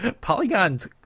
Polygons